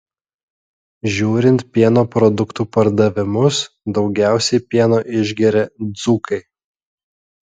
žiūrint pieno produktų pardavimus daugiausiai pieno išgeria dzūkai